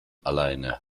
alleine